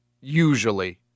usually